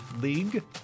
League